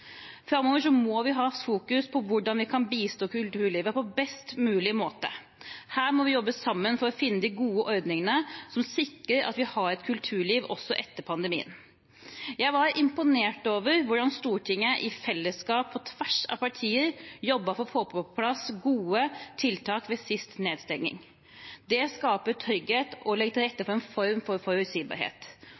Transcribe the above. Framover må vi fokusere på hvordan vi kan bistå kulturlivet på best mulig måte. Her må vi jobbe sammen for å finne de gode ordningene som sikrer at vi har et kulturliv også etter pandemien. Jeg var imponert over hvordan Stortinget i fellesskap, på tvers av partier, jobbet for å få på plass gode tiltak ved siste nedstenging. Det skaper trygghet og legger til rette for en form for forutsigbarhet.